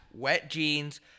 wetjeans